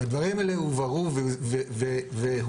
הדברים האלה הובהרו והוסברו.